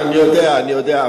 אני יודע, אני יודע.